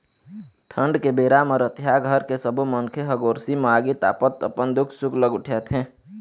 ठंड के बेरा म रतिहा घर के सब्बो मनखे ह गोरसी म आगी तापत अपन दुख सुख ल गोठियाथे